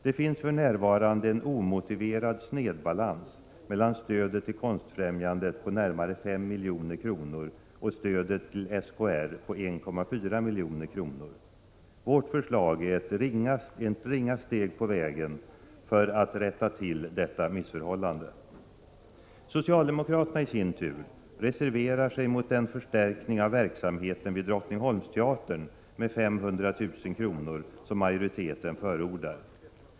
Det finns för närvarande en omotiverad snedbalans mellan stödet till Konstfrämjandet på närmare 5 milj.kr. och stödet till SKR på 1,4 milj.kr. Vårt förslag är ett ringa steg på vägen när det gäller att rätta till detta missförhållande. Socialdemokraterna i sin tur reserverar sig mot den förstärkning av verksamheten vid Drottningholmsteatern med 500 000 kr. som majoriteten förordar.